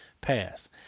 pass